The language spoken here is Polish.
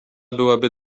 byłaby